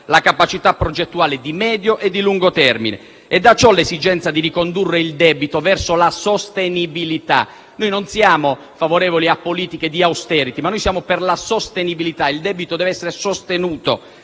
la capacità progettuale di medio e lungo periodo. Da ciò deriva l'esigenza di ricondurre il debito verso la sostenibilità. Noi non siamo favorevoli a politiche di *austerity*, ma siamo per la sostenibilità: il debito deve essere sostenuto,